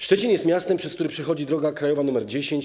Szczecin jest miastem, przez który przechodzi droga krajowa nr 10.